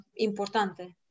importante